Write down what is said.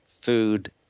food